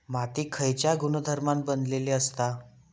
माती खयच्या गुणधर्मान बनलेली असता?